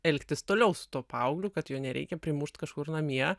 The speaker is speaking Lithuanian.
elgtis toliau su tuo paaugliu kad jo nereikia primušt kažkur namie